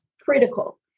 critical